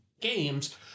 games